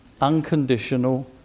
unconditional